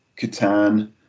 Catan